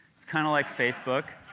it's kind of like facebook.